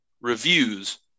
reviews